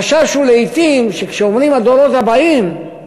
החשש הוא לעתים שכשאומרים "הדורות הבאים",